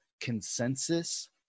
consensus